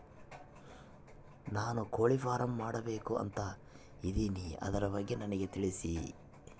ನಾನು ಕೋಳಿ ಫಾರಂ ಮಾಡಬೇಕು ಅಂತ ಇದಿನಿ ಅದರ ಬಗ್ಗೆ ನನಗೆ ತಿಳಿಸಿ?